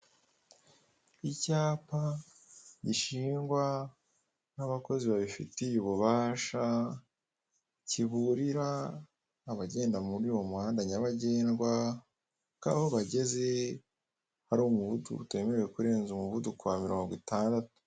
Icyapa gishingwa n'abakozi babifitiye ububasha, kiburira abagenda muri uwo muhanda nyabagendwa ko aho bageze hari umuvuduko utemewe kurenza umuvuduko wa mirongo itandatu.